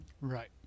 Right